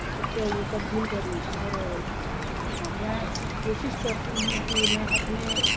اس کو تبدیل کروں اور میں کوشش کرتی ہوں کہ میں اپنے